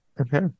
okay